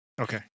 okay